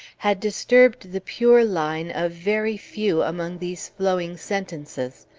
had disturbed the pure line of very few among these flowing sentences.